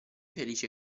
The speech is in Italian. felici